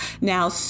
Now